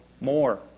more